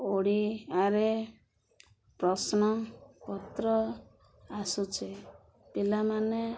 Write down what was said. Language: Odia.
ଓଡ଼ିଆରେ ପ୍ରଶ୍ନପତ୍ର ଆସୁଛି ପିଲାମାନେ